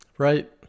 Right